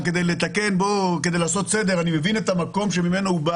כדי לעשות סדר אני מבין את המקום שממנו הוא בא